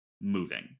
moving